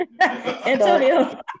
Antonio